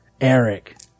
Eric